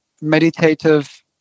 meditative